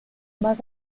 más